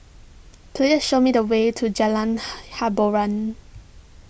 please show me the way to Jalan Hiboran